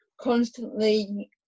constantly